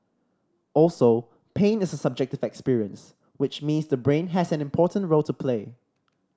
also pain is a subjective experience which means the brain has an important role to play